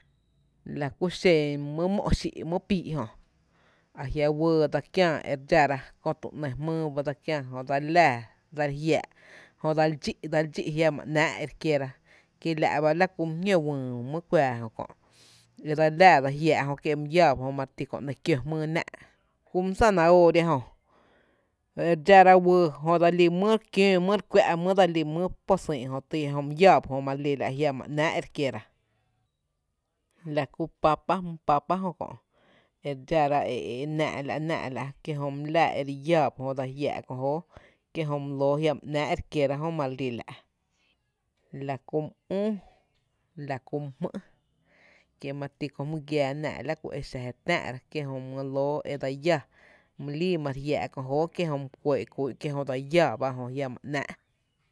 La ku xen mý mó’ xí’ mý píí’ jöa jia’ wɇɇ dse kiää e re dxára kö tü ‘ny jmýy ba dse kiää jö dsalo láá dsa jiáá’ jö dseli dxí’, dse li dxí’ jiama ‘náá’ e re kiera, kiela’ ba la kú my jñóó wÿy mý e kuaa jö kö’ e dse li láá´dse jiáá’ kie’ jö my lláá ba jö mare ti kö ‘ny kió jmýy e nⱥ’ la ku my zanahoria jö e re dxára wɇɇ jö dselí my re jiöö my re kuⱥ’, mýyý dse lí mý posÿÿ’ jö tyy, jö my lláá ba jö ma re lí la’, jiama ‘náá’ e re kiera, la kú papa, mý papa jö kö’ e re dxára e ‘náá’ la’, náá’ la’ kié’ jö my láá e re iää ba ejö kié jö dese jiáá’ kö jóoó, kié jö my lóo e jiama ‘náá’ ere kiera jö ma re lí la’, la kú my üü, la kú my jmý’, kiíe’ ma re ti kö jmy giⱥⱥ náá’ e la ku exa kö je re tⱥⱥ’ra kié’ jö my lóo e dse lláá my líi ma re jiaa’ kö jóoó kié’ jö my kuɇɇ’ kú’n kié’ jö dse lláá ba ejö jiama ‘náá’.